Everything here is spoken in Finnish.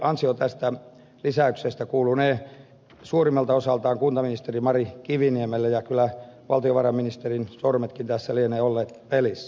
ansio tästä lisäyksestä kuulunee suurimmalta osaltaan kuntaministeri mari kiviniemelle ja kyllä valtiovarainministerinkin sormet tässä lienevät olleet pelissä